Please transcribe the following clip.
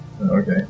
Okay